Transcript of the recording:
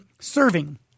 serving